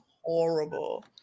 horrible